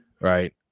Right